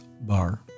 bar